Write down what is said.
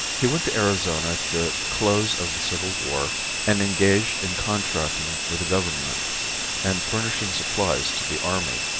he went to arizona at the close of the civil war and engaged in contracting for the government and furnishing supplies to the army.